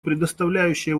предоставляющие